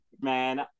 man